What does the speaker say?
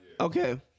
Okay